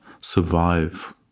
survive